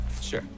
Sure